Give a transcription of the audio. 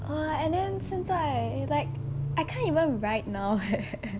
!wah! and then 现在 like I can't even write now eh